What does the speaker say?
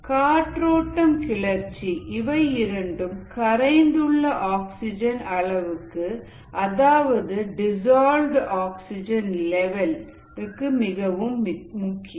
காற்றோட்டம் கிளர்ச்சி இவை இரண்டும் கரைந்துள்ள ஆக்ஸிஜன் அளவுக்கு அதாவது டிஸ்ஆல்வுடு ஆக்சிஜன் லெவல் க்கு மிக அவசியம்